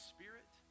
Spirit